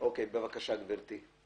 בבקשה, גברתי.